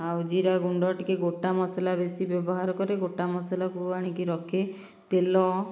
ଆଉ ଜୀରାଗୁଣ୍ଡ ଟିକେ ଗୋଟାମସଲା ବେଶି ବ୍ୟବହାର କରି ଗୋଟାମସଲାକୁ ଆଣିକି ରଖେ ତେଲ